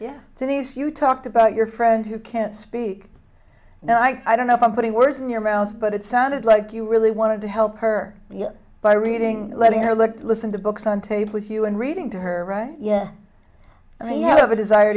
yeah denise you talked about your friend who can't speak and i don't know if i'm putting words in your mouth but it sounded like you really wanted to help her you know by reading letting her look to listen to books on tape with you and reading to her right yes i mean you have a desire